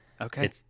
okay